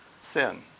sin